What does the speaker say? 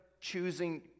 choosing